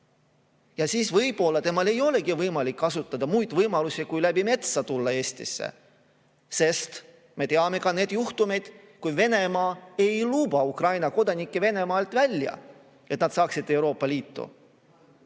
saada. Võib-olla temal ei olegi võimalik kasutada muid võimalusi, kui läbi metsa tulla Eestisse. Sest me teame ka neid juhtumeid, kui Venemaa ei luba Ukraina kodanikke Venemaalt välja, et nad saaksid Euroopa Liitu.